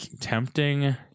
tempting